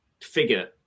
figure